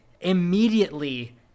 Immediately